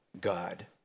God